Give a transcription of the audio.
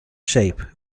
shape